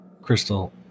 Crystal